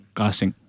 casting